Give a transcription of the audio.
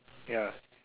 ya